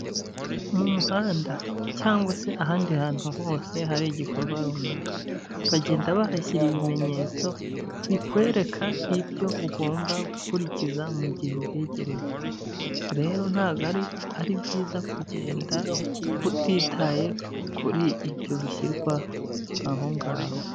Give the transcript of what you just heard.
Mu muhanda cyangwa se ahandi hantu hose hari igikorwa runaka, bagenda bahashyira ibimenyetso bikwereka ibyo ugomba gukurikiza mu gihe uhegereye. Rero ntabwo ari ari byiza kugenda utitaye kuri ibyo bishyirwa aho ngaho.